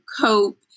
cope